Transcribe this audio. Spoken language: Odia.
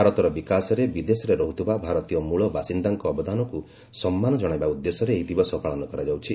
ଭାରତର ବିକାଶରେ ବିଦେଶରେ ରହୁଥିବା ଭାରତୀୟ ମୂଳବାସିନ୍ଦାଙ୍କ ଅବଦାନକୁ ସମ୍ମାନ ଜଣାଇବା ଉଦ୍ଦେଶ୍ୟରେ ଏହି ଦିବସ ପାଳନ କରାଯାଉଛି